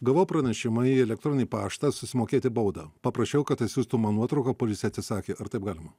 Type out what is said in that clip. gavau pranešimą į elektroninį paštą susimokėti baudą paprašiau kad atsiųstų man nuotrauką policija atsisakė ar taip galima